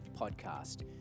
Podcast